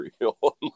real